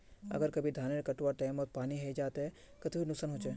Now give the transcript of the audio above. अगर कभी धानेर कटवार टैमोत पानी है जहा ते कते खुरी नुकसान होचए?